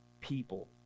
people